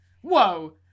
Whoa